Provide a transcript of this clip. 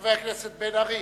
חבר הכנסת בן-ארי,